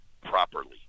properly